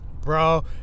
bro